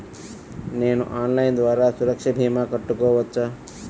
నేను ఆన్లైన్ ద్వారా సురక్ష భీమా కట్టుకోవచ్చా?